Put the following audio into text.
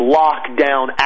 lockdown